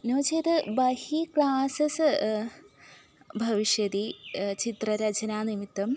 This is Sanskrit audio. नो चेत् बहिः क्लासस् भविष्यति चित्ररचनानिमित्तं